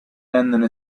rendono